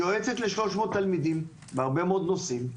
היא יועצת ל-300 תלמידים בהרבה מאוד נושאים.